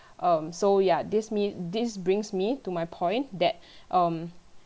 um so ya this me~ this brings me to my point that um